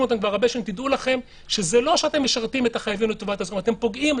תדעו לכם שזה לא שאתם משרתים את החייבים אלא אתם פוגעים.